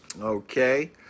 Okay